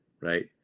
right